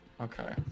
Okay